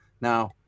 Now